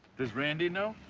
does randy know?